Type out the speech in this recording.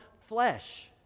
flesh